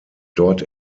dort